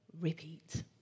repeat